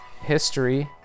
history